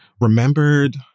remembered